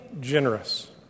generous